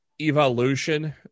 Evolution